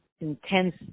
intense